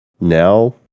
now